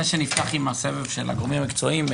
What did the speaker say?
לפני שנפתח בסבב של הגורמים המקצועיים,